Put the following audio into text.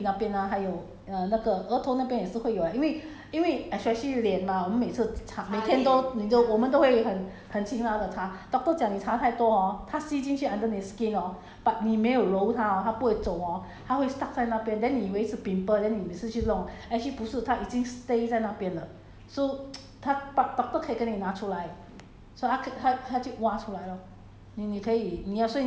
十一个地方 right 就是 maybe 那个大腿 lah 那个手臂那边 ah 还有 err 那个额头那边也是会有 leh 因为因为 especially 脸 mah 我们每次擦擦每天都你都我们都会很很勤劳地擦 doctor 讲你擦太多 hor 它吸进去 under 你的 skin hor but 你没有揉它 hor 它不会走 hor 它会 stuck 在那边 then 你以为是 pimple then 你每次去弄 actually 不是它已经 stay 在那边了 so 他 doc~ doctor 可以跟你拿出来